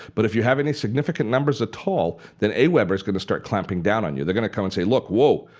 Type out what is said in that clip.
but if you have any significant numbers at all, then aweber's going to start clamping down on you. they're going to come and say look whoa,